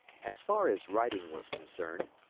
as far as writing was concerned,